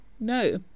No